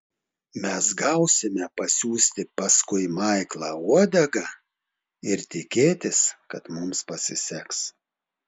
mes gausime pasiųsti paskui maiklą uodegą ir tikėtis kad mums pasiseks